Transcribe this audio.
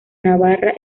navarra